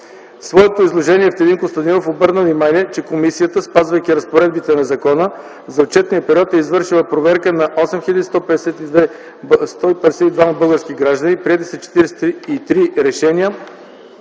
своето изложение Евтим Костадинов обърна внимание, че комисията, спазвайки разпоредбите на закона, за отчетния период е извършила проверка на 8152 български граждани, приети са 43 решения